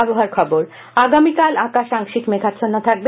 আবহাওয়া আগামীকাল আকাশ আংশিক মেঘাচ্ছন্ন থাকবে